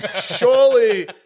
surely